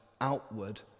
outward